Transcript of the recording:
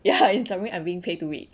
ya it's something I'm being paid to wait